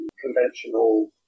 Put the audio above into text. conventional